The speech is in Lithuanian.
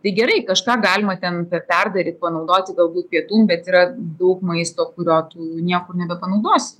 tai gerai kažką galima tenka perdaryti panaudoti daugiau pietų bet yra daug maisto kurio tu niekur nebepanaudosi